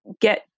get